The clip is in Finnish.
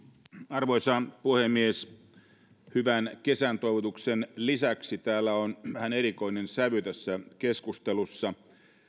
arvoisa puhemies hyvän kesän toivotusten lisäksi täällä on vähän erikoinen sävy tässä keskustelussa